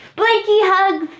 blankie hug!